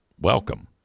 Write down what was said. Welcome